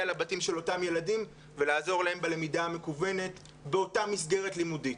לבתים של אותם ילדים ולעזור להם בלמידה המקוונת באותה מסגרת לימודית?